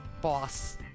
boss